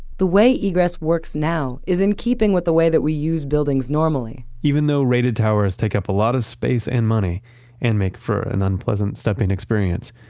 the way egress works now is in keeping with the way that we use buildings normally even though rated towers take up a lot of space and money and make for an unpleasant stepping experience,